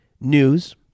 News